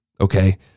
Okay